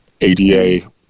ADA